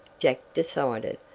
jack decided.